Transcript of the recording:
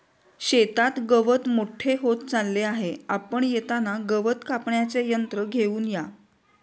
शेतात गवत मोठे होत चालले आहे, आपण येताना गवत कापण्याचे यंत्र घेऊन या